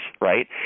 right